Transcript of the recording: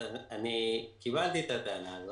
ואם הייתי נמצא חיובי,